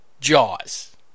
Jaws